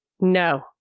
No